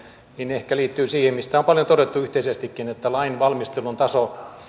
ehkä liittyy siihen mistä on paljon todettu yhteisestikin että lainvalmistelun taso